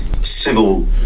civil